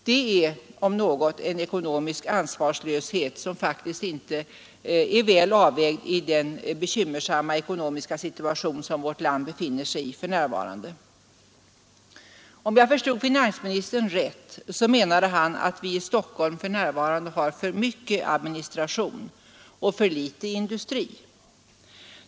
Det är om något en ekonomisk ansvarslöshet som faktiskt inte är väl avvägd i den bekymmersamma ekonomiska situation som vårt land för närvarande befinner sig i. Om jag förstod finansministern rätt, menade han att vi i Stockholm har för mycket administration och för litet av industri.